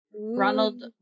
Ronald